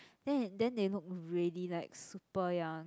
then then they look really like super young